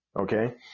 Okay